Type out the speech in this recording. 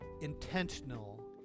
intentional